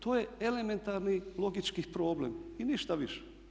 To je elementarni logički problem i ništa više.